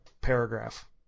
paragraph